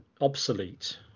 obsolete